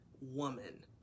woman